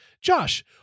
Josh